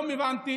היום הבנתי